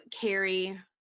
carry